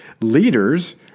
Leaders